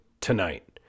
tonight